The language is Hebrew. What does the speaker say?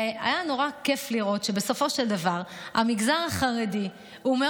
היה נורא כיף לראות שבסופו של דבר המגזר החרדי מאוד